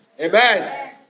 Amen